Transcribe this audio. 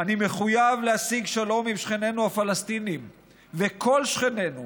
"אני מחויב להשיג שלום עם שכנינו הפלסטינים וכל שכנינו.